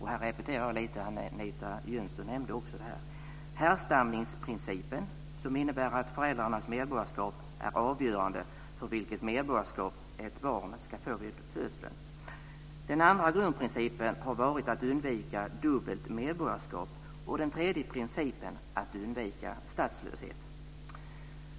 Här repeterar jag lite av vad Anita Jönsson nämnde. Den första grundprincipen är härstamningsprincipen, som innebär att föräldrarnas medborgarskap är avgörande för vilket medborgarskap ett barn ska få vid födseln. Den andra grundprincipen har varit att undvika dubbelt medborgarskap och den tredje att undvika statslöshet.